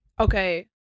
okay